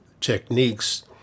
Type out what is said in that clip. techniques